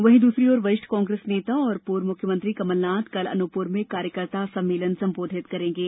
वहीं दूसरी ओर वरिष्ठ कांग्रेस नेता एवं पूर्व मुख्यमंत्री कमल नाथ कल अनूपपुर में कार्यकर्ता सम्मेलन को संबोधित करेंगे